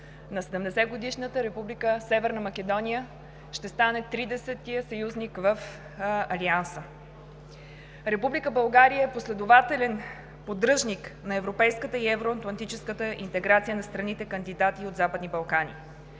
Северна Македония ще стане 30-ият съюзник в Алианса. Република България е последователен поддръжник на европейската и евроатлантическата интеграция на страните – кандидати от Западните Балкани.